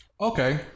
Okay